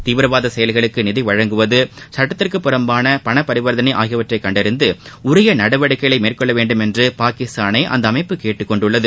தீவிரவாத செயல்களுக்கு நிதி வழங்குவது சுட்டத்திற்கு புறம்பான பண பரிவர்த்தனை ஆகியவற்றை கண்டறிந்து உரிய நடவடிக்கைகளை மேற்கொள்ள வேண்டும் என்று பாகிஸ்தானை அந்த அமைப்பு கேட்டுக் கொண்டுள்ளது